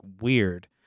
weird